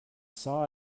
saw